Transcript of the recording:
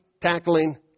tackling